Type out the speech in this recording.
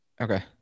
Okay